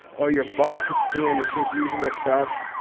or your boss is being his usual self.